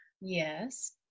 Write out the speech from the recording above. Yes